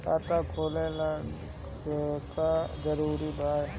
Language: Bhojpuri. खाता खोले ला का का जरूरी बा?